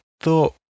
thought